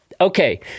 Okay